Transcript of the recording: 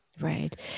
Right